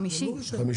חמישי.